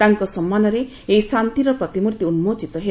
ତାଙ୍କ ସମ୍ମାନରେ ଏହି ଶାନ୍ତିର ପ୍ରତିମ୍ଭର୍ତ୍ତି ଉନ୍କୋଚିତ ହେବ